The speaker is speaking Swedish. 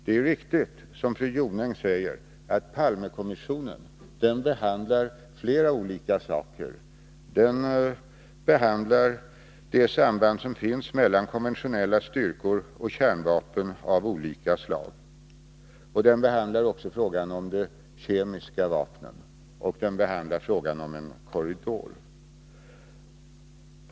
Det är riktigt som fru Jonäng säger, att Palmekommissionen behandlar flera olika saker. Den behandlar de samband som finns mellan konventionella styrkor och kärnvapen av olika slag, den behandlar också frågan om de kemiska vapnen och den behandlar frågan om en korridor.